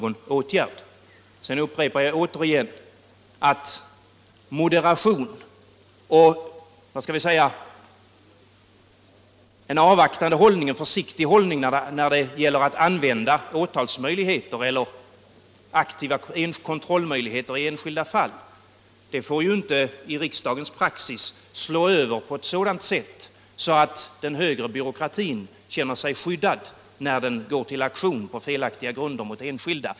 Onsdagen den Jag upprepar att moderation och en försiktig hållning när det gäller 11 februari 1976 att använda aktiva kontrollmöjligheter i enskilda fall inte får i riksdagens praxis slå över på ett sådant sätt att den högre byråkratin känner sig Granskning av skyddad, då den på felaktiga grunder går till aktion mot enskilda.